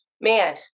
man